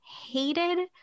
hated